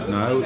no